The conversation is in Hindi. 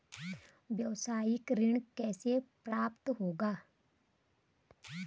व्यावसायिक ऋण कैसे प्राप्त होगा?